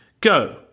Go